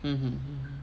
mm mm